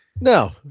No